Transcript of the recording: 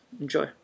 enjoy